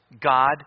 God